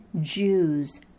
Jews